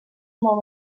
molt